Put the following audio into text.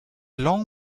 long